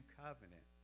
covenant